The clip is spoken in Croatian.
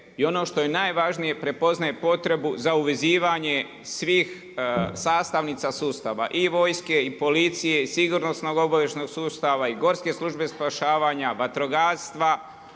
i ono što je najvažnije prepoznaje potrebu za uvezivanje svih sastavnica sustava i vojske i policije i sigurnosnog obavještajnog sustava i Gorske službe spašavanja, vatrogastva.